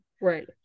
right